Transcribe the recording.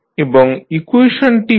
এবং ইকুয়েশনটি হল